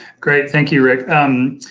great, thank you, rick. um